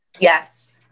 Yes